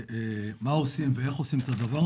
מה עושים ואיך עושים את הדבר הזה.